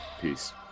Peace